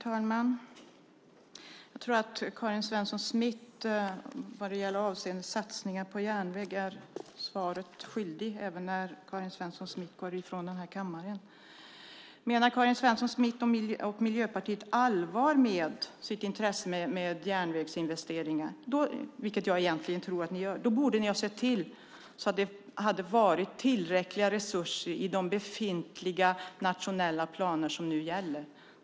Fru talman! Jag tror att Karin Svensson Smith vad gäller satsningar på järnväg är svaret skyldig även när hon går från kammaren. Menar Karin Svensson Smith och Miljöpartiet allvar med sitt intresse för järnvägsinvesteringar, vilket jag egentligen tror att ni gör, borde ni ha sett till att det hade funnits tillräckliga resurser i de befintliga nationella planer som gäller.